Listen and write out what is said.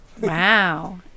Wow